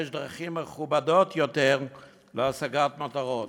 יש דרכים מכובדות יותר להשגת מטרות.